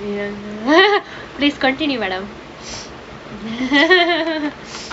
please continue madam